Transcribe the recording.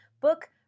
book